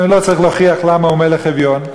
לא צריך להוכיח למה הוא מלך אביון,